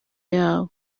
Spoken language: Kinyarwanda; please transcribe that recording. yabo